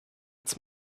its